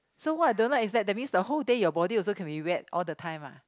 so what I don't like is that that means the whole day your body also can be wet all the time ah